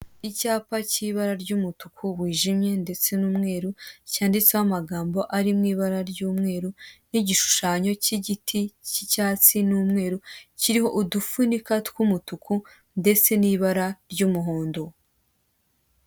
Icyapa k'ibara ry'umutuku wijimye ndetse n'umweru cyanditseho amagambo ari mu ibara ry'umweru n'igishushanyo k'igiti k'icyatsi n'umweru kiriho udufunika tw'umutuku ndetse n'ibara ry'umuhondo.